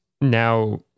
now